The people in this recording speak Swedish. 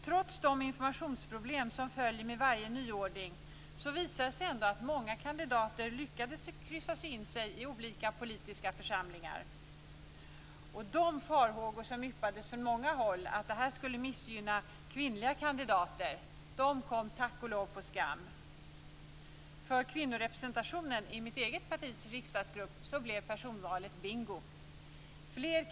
Trots de informationsproblem som följer med varje nyordning, visade det sig ändå att många kandidater lyckades kryssa in sig i olika politiska församlingar. De farhågor som yppades från många håll att detta skulle missgynna kvinnliga kandidater kom tack och lov på skam. För kvinnorepresentationen i mitt eget partis riksdagsgrupp blev personvalet Bingo.